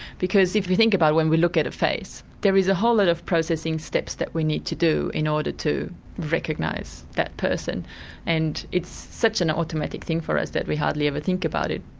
because if we think about when we look at a face there is a whole lot of processing steps that we need to do in order to recognise that person and it's such an automatic thing for us that we hardly ever think about it.